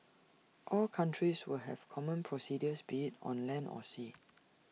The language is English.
all countries will have common procedures be IT on land or sea